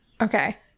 Okay